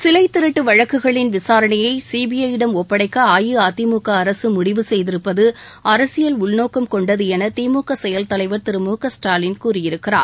சிலைத் திருட்டு வழக்குகளின் விசாரணையை சிபிஐ யிடம் ஒப்படைக்க அஇஅதிமுக அரசு முடிவு செய்திருப்பது அரசியல் உள்நோக்கம் கொண்டது என திமுக செயல் தலைவர் திரு மு க ஸ்டாலின் கூறியிருக்கிறார்